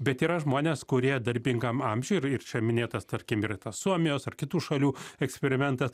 bet yra žmonės kurie darbingam amžiuj ir ir čia minėtas tarkim ir suomijos ar kitų šalių eksperimentas